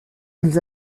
ils